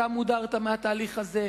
אתה מודרת מהתהליך הזה.